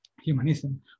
humanism